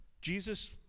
Jesus